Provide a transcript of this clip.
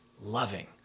loving